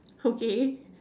okay